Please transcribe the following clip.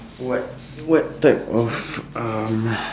what what type of um